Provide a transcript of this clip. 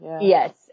Yes